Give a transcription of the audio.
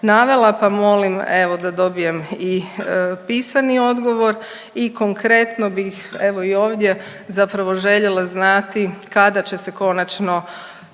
navela, pa molim evo da dobijem i pisani odgovor i konkretno bih evo i ovdje zapravo željela znati kada će se konačno